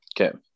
Okay